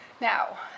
Now